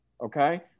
okay